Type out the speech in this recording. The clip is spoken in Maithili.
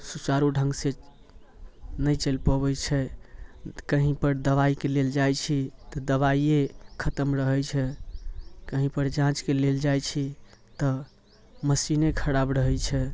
सुचारू ढ़ङ्गसँ नहि चलि पबै छै कहींपर दबाइके लेल जाइ छी तऽ दबाइये खतम रहै छै कहीँपर जाँचके लेल जाइ छी तऽ मशीने खराब रहै छै